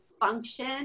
function